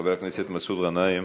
חבר הכנסת מסעוד גנאים,